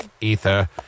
ether